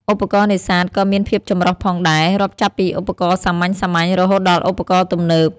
ឧបករណ៍នេសាទក៏មានភាពចម្រុះផងដែរ រាប់ចាប់ពីឧបករណ៍សាមញ្ញៗ រហូតដល់ឧបករណ៍ទំនើប។